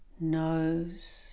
Nose